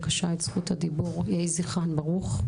יהי זכרן ברוך.